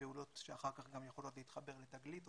לפעולות שאחר כך גם יכולות להתחבר לתגלית ולמסע,